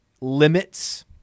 limits